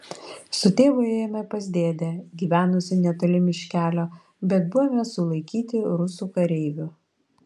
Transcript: su tėvu ėjome pas dėdę gyvenusį netoli miškelio bet buvome sulaikyti rusų kareivių